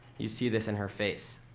you see this in her face,